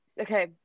okay